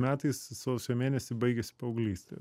metais sausio mėnesį baigėsi paauglystė